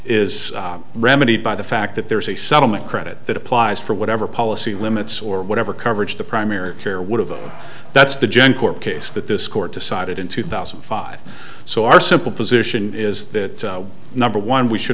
is remedied by the fact that there's a settlement credit that applies for whatever policy limits or whatever coverage the primary care would have that's the gen court case that this court decided in two thousand and five so our simple position is that number one we should